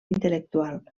intel·lectual